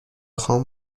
خان